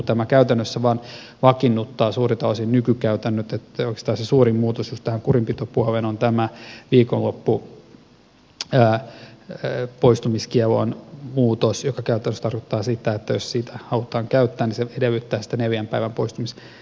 tämä käytännössä vain vakiinnuttaa suurelta osin nykykäytännöt että oikeastaan se suurin muutos just tähän kurinpitopuoleen on tämä viikonloppupoistumiskiellon muutos joka käytännössä tarkoittaa sitä että jos sitä halutaan käyttää niin se edellyttää sitä neljän päivän poistumiskieltoa